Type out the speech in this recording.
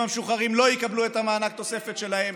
המשוחררים לא יקבלו את מענק התוספת שלהם.